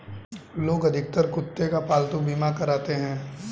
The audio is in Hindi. लोग अधिकतर कुत्ते का पालतू बीमा कराते हैं